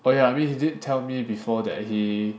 oh yeah I mean he did tell me before that he